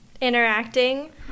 interacting